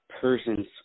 person's